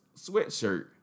sweatshirt